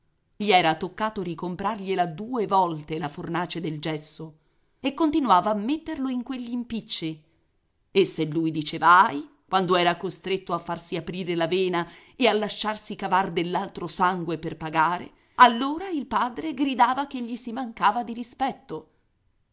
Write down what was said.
gli era toccato ricomprargliela due volte la fornace del gesso e continuava a metterlo in quegli impicci e se lui diceva ahi quando era costretto a farsi aprire la vena e a lasciarsi cavar dell'altro sangue per pagare allora il padre gridava che gli si mancava di rispetto